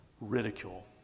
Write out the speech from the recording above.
ridicule